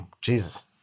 jesus